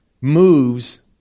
moves